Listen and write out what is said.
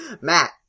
Matt